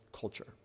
culture